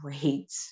great